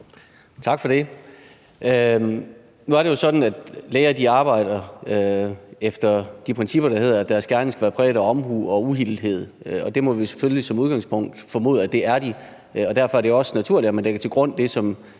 Tak for det. Nu er det jo sådan, at læger arbejder efter de principper, der hedder, at deres gerning skal være præget af omhu og uhildethed, og det må vi selvfølgelig som udgangspunkt formode at den er. Derfor er det også naturligt, at man lægger det til grund, som